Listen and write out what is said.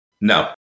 No